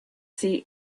see